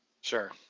Sure